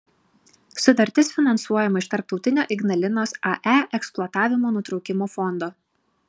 sutartis finansuojama iš tarptautinio ignalinos ae eksploatavimo nutraukimo fondo